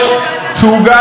שהוא גאווה.